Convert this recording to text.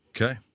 Okay